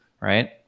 right